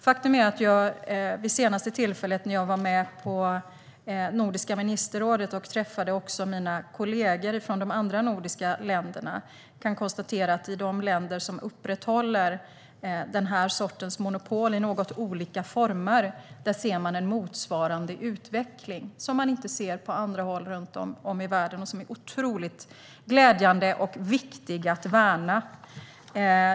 När jag senast var med på Nordiska ministerrådet och träffade mina nordiska kollegor kunde vi konstatera att man i de länder som upprätthåller någon form av monopol ser denna utveckling - en utveckling som man inte ser på andra håll runt om i världen. Den är mycket glädjande och viktig att värna.